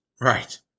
Right